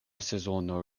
sezono